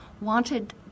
wanted